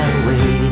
away